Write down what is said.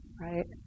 right